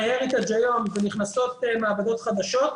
--- ונכנסות מעבדות חדשות,